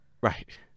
Right